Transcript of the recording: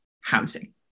housing